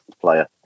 player